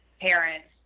parents